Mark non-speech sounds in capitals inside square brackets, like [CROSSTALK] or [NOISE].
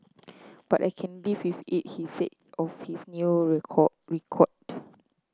but I can live with it he said of his new record [UNINTELLIGIBLE]